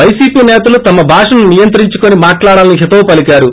ప్రైసీపీ నేతలు తమ భాషను నియంత్రించుకుని మాట్లాడాలని హితవు పలికారు